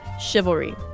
chivalry